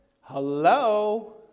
Hello